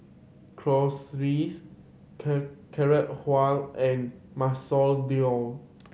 Chorizo Carrot Halwa and Masoor Dal